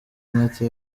mata